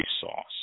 sauce